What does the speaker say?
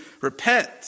repent